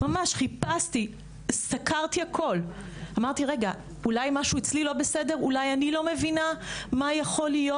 חשבתי אולי אני רק לא מבינה מה יכול להיות